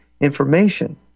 information